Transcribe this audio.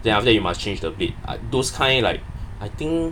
then after that you must change the blade uh those kind like I think